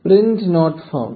print not found